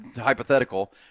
hypothetical